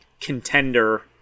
contender